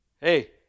Hey